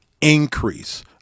increase